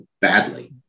badly